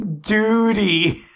Duty